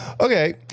Okay